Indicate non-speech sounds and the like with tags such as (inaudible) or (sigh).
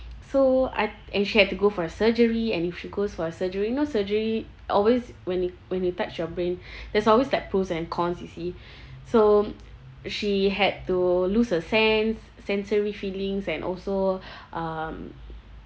so I and she had to go for a surgery and if she goes for a surgery you know surgery always when it when it touch your brain (breath) there's always like pros and cons you see (breath) so she had to lose a sense sensory feelings and also (breath) um